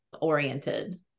oriented